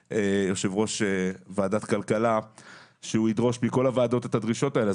יושב-ראש ועדת הכלכלה דיבר על דרישה שתופנה אל כל ועדות הכנסת.